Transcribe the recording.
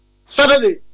Saturday